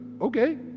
okay